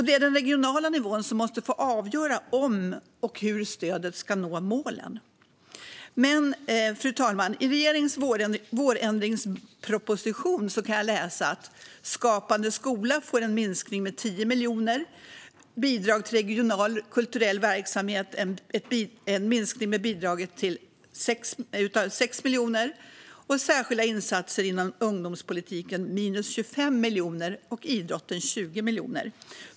Det är den regionala nivån som måste få avgöra om och hur stödet ska nå målen. Fru talman! I regeringens vårändringsproposition kan jag läsa att Skapande skola får en minskning med 10 miljoner, bidrag till regional kulturell verksamhet minskar med 6 miljoner, särskilda insatser inom ungdomspolitiken får minus 25 miljoner och idrotten minus 20 miljoner.